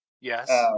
Yes